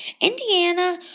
Indiana